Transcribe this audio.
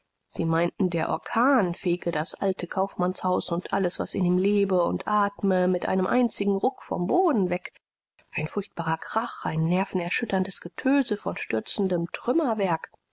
sie meinten der orkan fege das alte kaufmannshaus und alles was in ihm lebe und atme mit einem einzigen ruck vom boden weg ein furchtbarer krach ein nervenerschütterndes getöse von stürzendem trümmerwerk